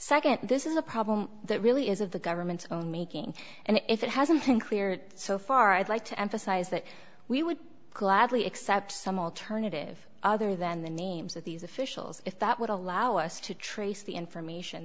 nd this is a problem that really is of the government's own making and if it hasn't been clear so far i'd like to emphasize that we would gladly accept some alternative other than the names of these officials if that would allow us to trace the